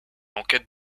enquête